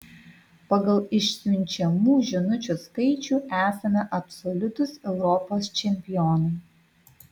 pagal išsiunčiamų žinučių skaičių esame absoliutūs europos čempionai